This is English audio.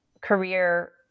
career